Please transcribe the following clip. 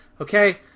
Okay